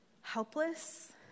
Helpless